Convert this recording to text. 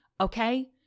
Okay